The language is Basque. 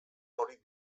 hori